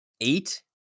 eight